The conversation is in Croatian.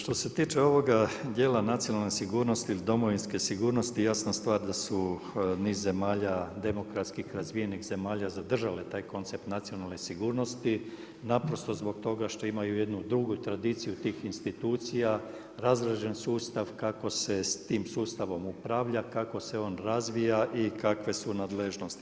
Što se tiče ovoga dijela nacionalne sigurnosti ili domovinske sigurnosti jasna stvar da su niz zemalja, demokratskih razvijenih zemalja zadržale taj koncept nacionalne sigurnosti naprosto zbog toga što imaju jednu dugu tradiciju tih institucija, razrađen sustav kako se sa tim sustavom upravlja, kako se on razvija i kakve su nadležnosti.